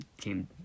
came